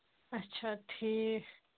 اچھا ٹھیٖک